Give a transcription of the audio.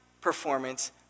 performance